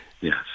Yes